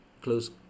close